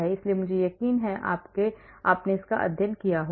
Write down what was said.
इसलिए मुझे यकीन है कि आपने अध्ययन किया होगा